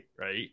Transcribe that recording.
right